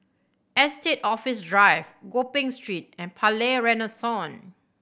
Estate Office Drive Gopeng Street and Palais Renaissance